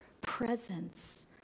presence